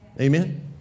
Amen